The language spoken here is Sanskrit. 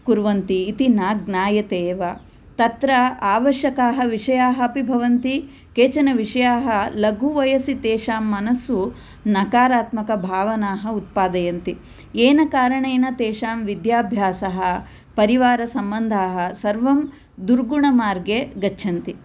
कुर्वन्ति इति न ज्ञायते एव तत्र आवश्यकाः विषयाः अपि भवन्ति केचनविषयाः लघुवयसि तेषां मनसु नकारात्मकभावनाः उत्पादयन्ति येन कारणेन तेषां विद्याभ्यासः परिवारसम्बन्धाः सर्वं दुर्गुण मार्गे गच्छन्ति